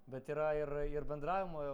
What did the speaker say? bet yra ir ir bendravimo